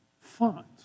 font